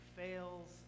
fails